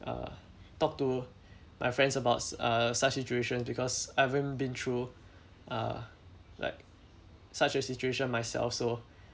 uh talk to my friends about uh such situation because haven't been through uh like such a situation myself so